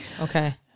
Okay